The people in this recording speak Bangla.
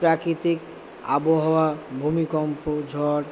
প্রাকৃতিক আবহাওয়া ভূমিকম্প ঝড়